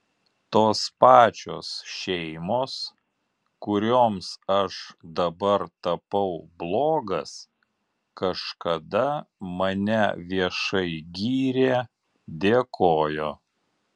tos pačios šeimos kurioms aš dabar tapau blogas kažkada mane viešai gyrė dėkojo